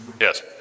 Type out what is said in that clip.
Yes